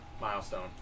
Milestone